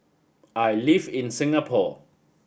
I live in Singapore